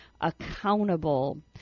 accountable